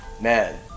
Man